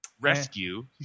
Rescue